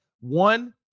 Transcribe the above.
one